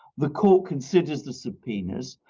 the court considers the subpoenas,